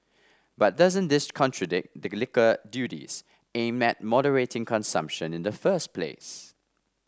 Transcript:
but doesn't this contradict the liquor duties aimed at moderating consumption in the first place